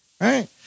right